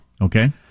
Okay